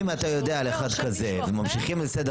אם אתה יודע על אחד כזה וממשיכים לסדר